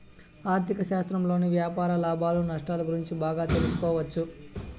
ఆర్ధిక శాస్త్రంలోని వ్యాపార లాభాలు నష్టాలు గురించి బాగా తెలుసుకోవచ్చు